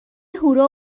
هورا